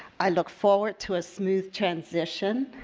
i look forward to a smooth transition.